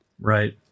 Right